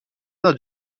notre